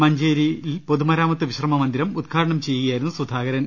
മഞ്ചേരി പൊതുമരാ മത്ത് വിശ്രമമന്ദിരം ഉദ്ഘാടനം ചെയ്യുകയായിരുന്നു സുധാകരൻ